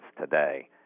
today